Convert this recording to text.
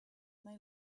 may